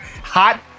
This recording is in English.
hot